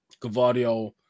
Gavardio